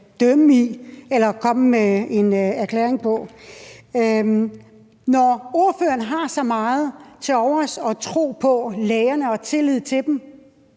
dømme i eller komme med en erklæring på. Når ordføreren har så meget tilovers for og så meget tro på og så meget tillid til